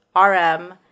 rm